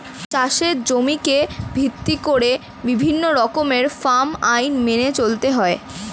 চাষের জমিকে ভিত্তি করে বিভিন্ন রকমের ফার্ম আইন মেনে চলতে হয়